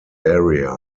area